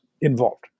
involved